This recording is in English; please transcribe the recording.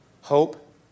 hope